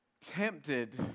tempted